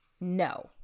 no